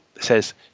says